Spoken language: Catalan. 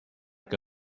que